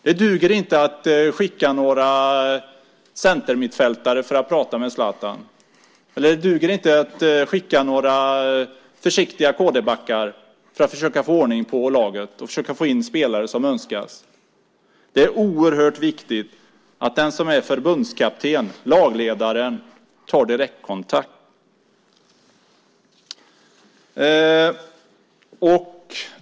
Det duger inte att skicka några centermittfältare för att prata med Zlatan. Det duger inte att skicka några försiktiga kd-backar för att försöka få ordning på laget och få in de spelare som önskas. Det är oerhört viktigt att den som är förbundskapten och lagledare tar direktkontakt.